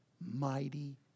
mighty